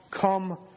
come